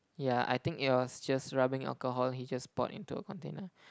yeah I think it was just rubbing alcohol he just poured into a container